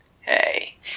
Hey